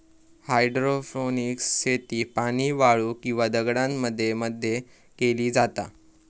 hydroponics शेती पाणी, वाळू किंवा दगडांमध्ये मध्ये केली जाता